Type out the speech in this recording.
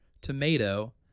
tomato